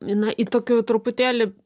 na į tokio truputėlį